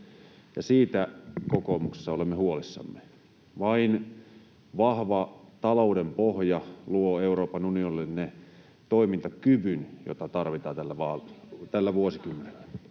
siitä kokoomuksessa olemme huolissamme. Vain vahva talouden pohja luo Euroopan unionille sen toimintakyvyn, jota tarvitaan tällä vuosikymmenellä.